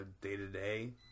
day-to-day